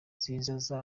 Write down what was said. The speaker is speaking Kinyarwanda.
ziza